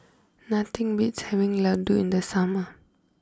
nothing beats having Ladoo in the summer